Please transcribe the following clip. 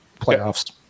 Playoffs